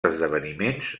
esdeveniments